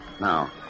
Now